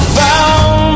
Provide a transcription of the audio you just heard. found